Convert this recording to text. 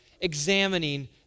examining